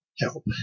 help